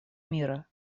мира